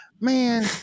man